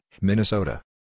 Minnesota